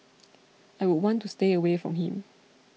I would want to stay away from him